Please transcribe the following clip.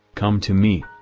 come to me,